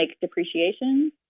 depreciation